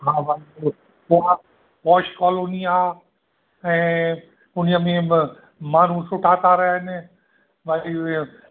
हा हा पोइ पौश कॉलोनी आहे ऐं उन ई में बि माण्हू सुठा कार आहिनि बाक़ी ईअं